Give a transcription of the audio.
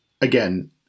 again